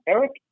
Eric